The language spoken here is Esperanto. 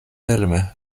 firme